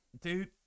Dude